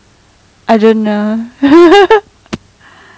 I don't know